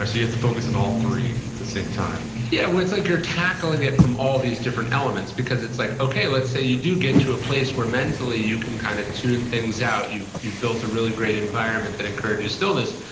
so you have to focus on all three at the same time yeah. well, it's like you're tackling it from all these different elements. because, it's like, okay, let's say you do get to a place where, mentally, you can kind of tune things out. you've you've built a really great environment that encourages stillness.